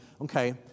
okay